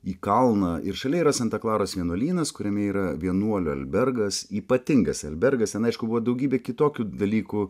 į kalną ir šalia yra santa klaros vienuolynas kuriame yra vienuolių albergas ypatingas albergas ten aišku buvo daugybė kitokių dalykų